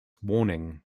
warning